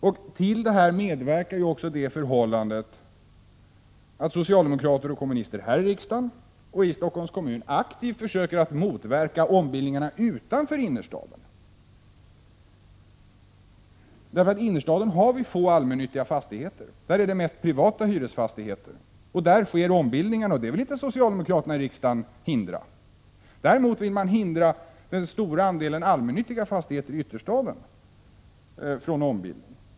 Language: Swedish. Men till detta medverkar också det förhållandet att socialdemokraterna och kommunisterna här i Stockholms kommun aktivt försöker motverka ombildningarna utanför innerstaden. I innerstaden har vi få allmännyttiga fastigheter. Där är det mest privata hyresfastigheter, och där sker ombildningarna. Det vill inte socialdemokraterna här i riksdagen hindra. Däremot vill de hindra den stora andelen allmännyttiga fastigheter i ytterstaden från ombildning.